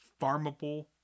Farmable